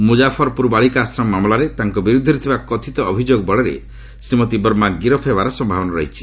ମୁଜାଫରପୁର ବାଳିକା ଆଶ୍ରମ ମାମଲାରେ ତାଙ୍କ ବିରୁଦ୍ଧରେ ଥିବା କଥିତ ଅଭିଯୋଗ ବଳରେ ଶ୍ରୀମତୀ ବର୍ମା ଗିରଫ୍ ହେବାର ସମ୍ଭାବନା ରହିଛି